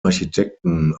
architekten